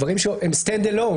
דברים שהם stand alone,